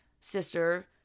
Sister